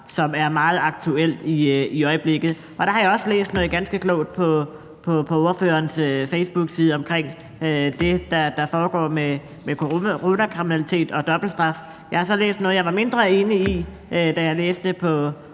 som er meget aktuelt i øjeblikket. Jeg har læst noget ganske klogt på ordførerens facebookside omkring det, der foregår med coronakriminalitet og dobbeltstraf. Jeg har så også læst noget, jeg var mindre enig i, da jeg læste